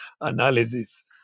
analysis